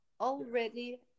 already